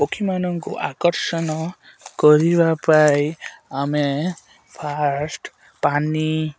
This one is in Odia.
ପକ୍ଷୀମାନଙ୍କୁ ଆକର୍ଷଣ କରିବା ପାଇଁ ଆମେ ଫାଷ୍ଟ୍ ପାଣି